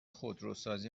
خودروسازی